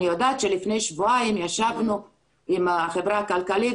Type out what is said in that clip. אני יודעת שלפני שבועיים ישבנו עם החברה הכלכלית